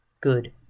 good